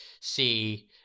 see